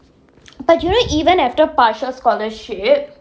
but you know even after partial scholarship